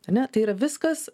ane tai yra viskas